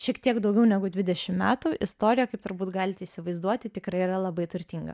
šiek tiek daugiau negu dvidešim metų istorija kaip turbūt galite įsivaizduoti tikrai yra labai turtinga